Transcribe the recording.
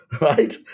right